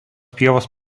pievos